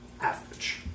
average